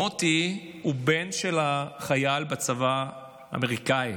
מוטי הוא בן של חייל בצבא האמריקאי